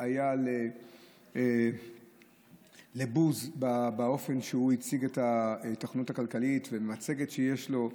היה לבוז באופן שהוא הציג את התוכנית הכלכלית במצגת שיש לו,